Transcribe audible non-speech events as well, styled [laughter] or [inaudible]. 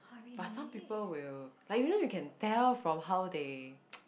but some people will like you know you can tell from how they [noise]